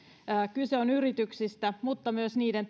kyse on yrityksistä mutta myös niiden